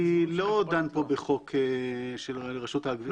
לא דן פה בחוק של רשות האכיפה והגבייה.